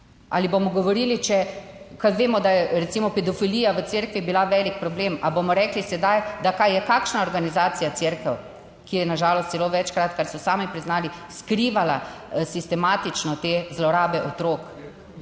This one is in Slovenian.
Ali bomo govorili, če vemo, da je recimo pedofilija v Cerkvi bila velik problem, ali bomo rekli sedaj, kakšna organizacija je Cerkev, ki je, na žalost, celo večkrat - kar so sami priznali - skrivala sistematično zlorabe otrok,